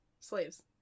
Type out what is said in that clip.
Slaves